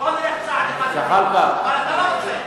אבל אתה לא רוצה.